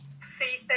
see